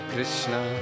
Krishna